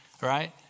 right